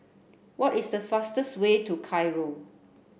what is the fastest way to Cairo